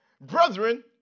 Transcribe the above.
Brethren